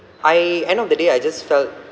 I end of the day I just felt